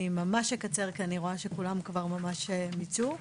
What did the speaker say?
אני ממש אקצר, כי אני רואה שכולם כבר ממש מיצו.